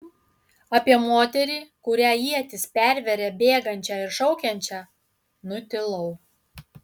apie moterį kurią ietis perveria bėgančią ir šaukiančią nutilau